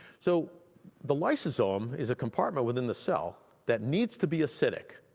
so the lysosome is a compartment within the cell that needs to be acytic,